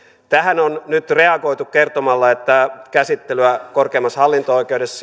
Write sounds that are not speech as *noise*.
tähän on nyt reagoitu kertomalla että valituslupien käsittelyä korkeimmassa hallinto oikeudessa *unintelligible*